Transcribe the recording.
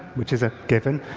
which is a given.